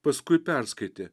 paskui perskaitė